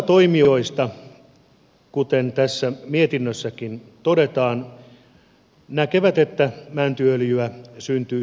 osa toimijoista kuten tässä mietinnössäkin todetaan näkee että mäntyöljyä syntyy sivutuotteena